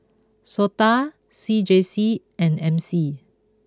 Sota C J C and M C